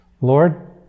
Lord